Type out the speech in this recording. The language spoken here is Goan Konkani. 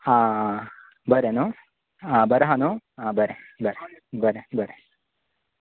हा हा बरें न्हय आं बरें आसा न्हय आं बरें बरें बरें